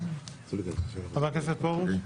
חבר הכנסת פרוש,